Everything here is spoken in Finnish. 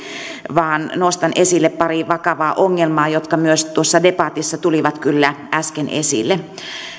vaan nostan esille pari vakavaa ongelmaa jotka myös tuossa debatissa tulivat kyllä äsken esille